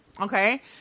Okay